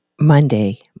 Monday